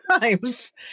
Times